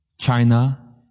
China